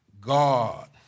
god